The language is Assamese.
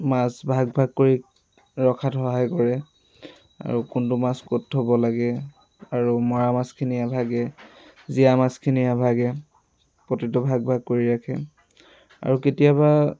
মাছ ভাগ ভাগ কৰি ৰখাত সহায় কৰে আৰু কোনটো মাছ ক'ত থব লাগে আৰু মৰা মাছখিনি এভাগে জীয়া মাছখিনি এভাগে প্ৰতিটো ভাগ ভাগ কৰি ৰাখে আৰু কেতিয়াবা